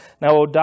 Now